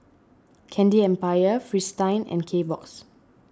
Candy Empire Fristine and Kbox